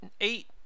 Eight